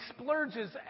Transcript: splurges